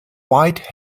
white